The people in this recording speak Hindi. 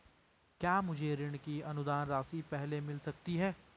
क्या मुझे ऋण की अनुदान राशि पहले मिल सकती है?